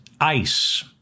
ICE